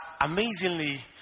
amazingly